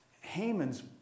Haman's